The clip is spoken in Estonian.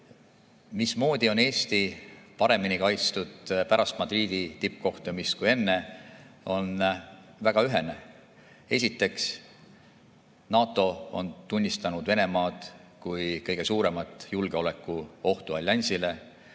Mismoodi on Eesti paremini kaitstud pärast Madridi tippkohtumist kui enne, on väga ühene. Esiteks, NATO on tunnistanud Venemaad kui kõige suuremat julgeolekuohtu alliansile.